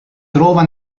trova